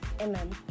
Amen